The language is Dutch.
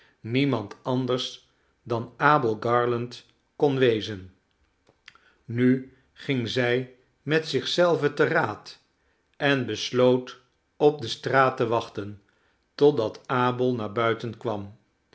niemand anders dan abel garland kon wezen nu ging zij met zich zelve te raad en besloot op de straat te wachten totdat abel naar buiten kwam